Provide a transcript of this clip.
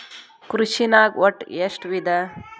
ಕೃಷಿನಾಗ್ ಒಟ್ಟ ಎಷ್ಟ ವಿಧ?